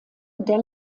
der